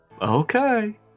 Okay